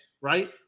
right